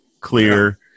clear